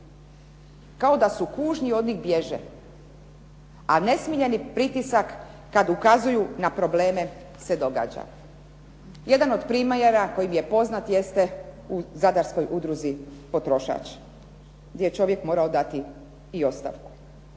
kao da su kužni od njih bježe a nesmiljeni pritisak kad ukazuju na probleme se događa. Jedan od primjera koji mi je poznat jeste u zadarskoj udruzi „Potrošač“ gdje je čovjek morao dati i ostavku.